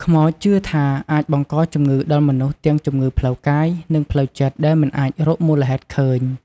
ខ្មោចជឿថាអាចបង្កជំងឺដល់មនុស្សទាំងជំងឺផ្លូវកាយ និងផ្លូវចិត្តដែលមិនអាចរកមូលហេតុឃើញ។